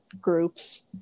groups